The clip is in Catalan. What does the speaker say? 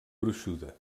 gruixuda